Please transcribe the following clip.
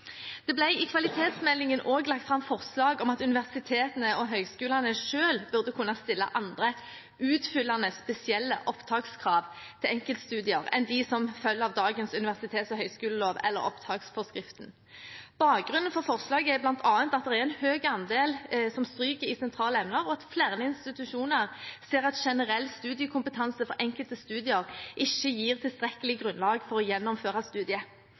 Det ble i kvalitetsmeldingen også lagt fram forslag om at universitetene og høyskolene selv bør kunne stille andre «utfyllende spesielle opptakskrav» til enkeltstudier enn de som følger av dagens universitets- og høyskolelov, eller opptaksforskriften. Bakgrunnen for forslaget er bl.a. at det er en høy andel som stryker i sentrale emner, og at flere institusjoner ser at generell studiekompetanse for enkelte studier ikke gir tilstrekkelig grunnlag for å gjennomføre studiet.